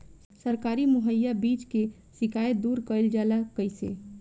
सरकारी मुहैया बीज के शिकायत दूर कईल जाला कईसे?